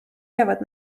jäävad